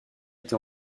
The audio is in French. été